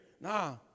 Nah